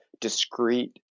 discrete